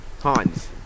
Hans